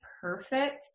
perfect